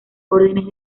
órdenes